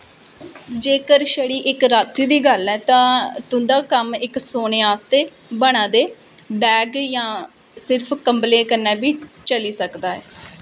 जेकर छड़ी इक राती दी गल्ल ऐ तां तुं'दा कम्म इक सोने आस्तै बने दे बैग जां सिर्फ कम्बलें कन्नै बी चली सकदा ऐ